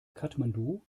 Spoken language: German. kathmandu